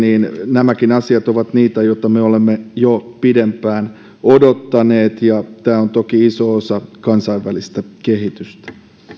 nämäkin asiat ovat niitä joita me olemme jo pidempään odottaneet ja tämä on toki iso osa kansainvälistä kehitystä